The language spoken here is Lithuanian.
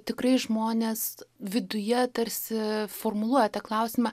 tikrai žmonės viduje tarsi formuluoja tą klausimą